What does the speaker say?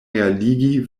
realigi